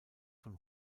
von